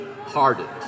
hardened